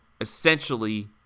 essentially